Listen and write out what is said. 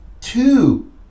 two